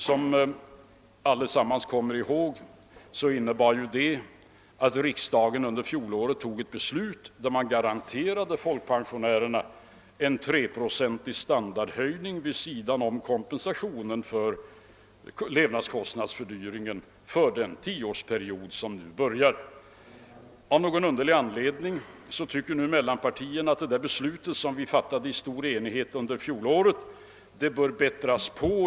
Som alla kommer ihåg innebar beslutet att folkpensionärerna garanterades en 3-procentig standardhöjning vid sidan om kompensationen för levnadskostnadsfördyringen under den tioårsperiod som nu börjar. Av någon underlig anledning tycker mellanpartierna att detta beslut, som vi fattade i stor enighet under fjolåret, nu bör bättras på.